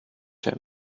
him